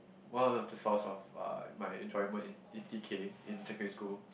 one of the source of uh my enjoyment in in T_K in secondary school